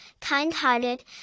kind-hearted